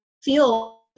feel